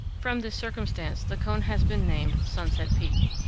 from this circumstance the cone has been named sunset peak.